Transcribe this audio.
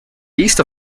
east